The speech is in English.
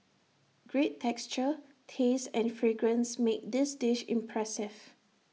great texture taste and fragrance make this dish impressive